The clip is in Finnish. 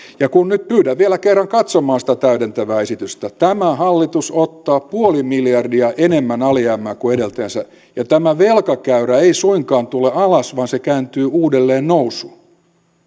nyt pyydän vielä kerran katsomaan sitä täydentävää esitystä tämä hallitus ottaa nolla pilkku viisi miljardia enemmän alijäämää kuin edeltäjänsä ja tämä velkakäyrä ei suinkaan tule alas vaan se kääntyy uudelleen nousuun